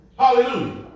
Hallelujah